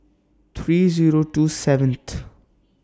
three Zero two seventh